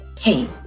hey